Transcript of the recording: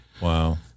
Wow